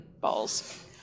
Balls